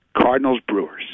Cardinals-Brewers